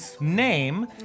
name